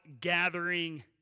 gathering